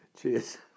Cheers